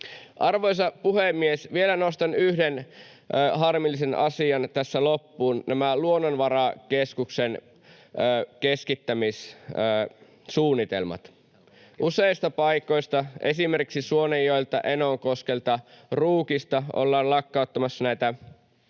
Arvoisa puhemies! Vielä nostan yhden harmillisen asian tässä loppuun: Luonnonvarakeskuksen keskittämissuunnitelmat. Useista paikoista, esimerkiksi Suonenjoelta, Enonkoskelta, Ruukista ollaan lakkauttamassa